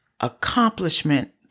accomplishment